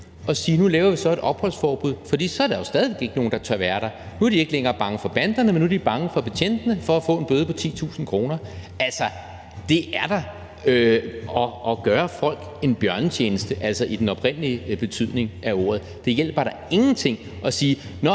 at sige, at nu laver vi så et opholdsforbud? Så er der jo stadig væk ikke nogen, der tør at være der. Nu er de ikke længere bange for banderne, men nu er de bange for betjentene og for at få en bøde på 10.000 kr. Det er da at gøre folk en bjørnetjeneste, altså i den oprindelige betydning af ordet. Det hjælper da ingenting at sige: Nå,